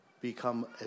become